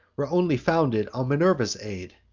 were only founded on minerva's aid.